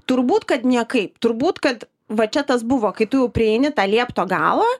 turbūt kad niekaip turbūt kad va čia tas buvo kai tu prieini tą liepto galą